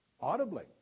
audibly